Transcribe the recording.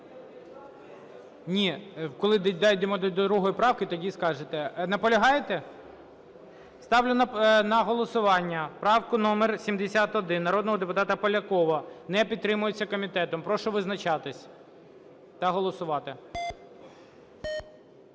Ні, коли дійдемо до другої правки, тоді скажете. Наполягаєте? Ставлю на голосування правку номер 71 народного депутата Полякова, не підтримується комітетом. Прошу визначатися та голосувати.